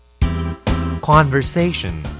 Conversation